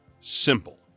simple